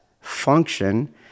function